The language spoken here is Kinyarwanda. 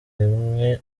rimwe